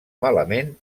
malament